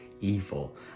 evil